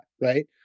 Right